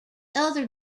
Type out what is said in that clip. other